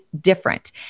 different